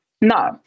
No